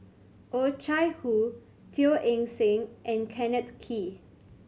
Oh Chai Hoo Teo Eng Seng and Kenneth Kee